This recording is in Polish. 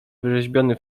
wrzeźbiony